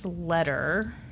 letter